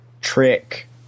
trick